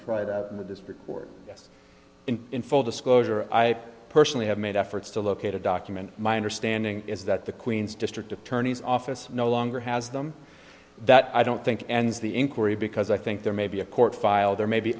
tried in the district court in full disclosure i personally have made efforts to locate a document my understanding is that the queens district attorney's office no longer has them that i don't think and the inquiry because i think there may be a court file there may be